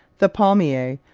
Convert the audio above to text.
the palmier,